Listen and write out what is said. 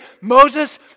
Moses